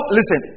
Listen